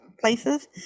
places